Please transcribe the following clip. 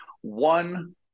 One